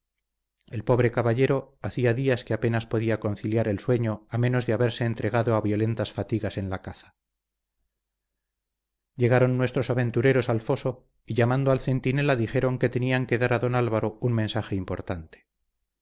el pobre caballero hacía días que apenas podía conciliar el sueño a menos de haberse entregado a violentas fatigas en la caza llegaron nuestros aventureros al foso y llamando al centinela dijeron que tenían que dar a don álvaro un mensaje importante